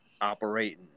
operating